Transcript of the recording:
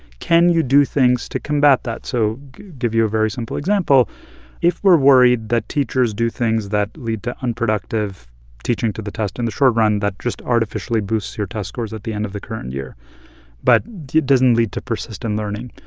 can you do things to combat that? so give you a very simple example if we're worried that teachers do things that lead to unproductive teaching to the test in the short run that just artificially boosts your test scores at the end of the current year but doesn't lead to persistent learning,